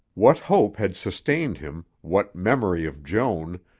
what hope had sustained him, what memory of joan,